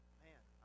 man